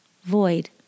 Void